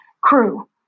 crew